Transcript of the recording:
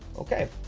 okay,